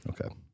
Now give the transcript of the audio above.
Okay